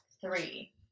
Three